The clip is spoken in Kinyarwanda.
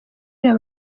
areba